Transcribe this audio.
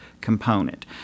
component